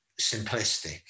simplistic